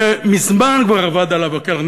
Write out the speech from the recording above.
שמזמן כבר אבד עליו הכלח.